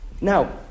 Now